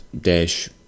dash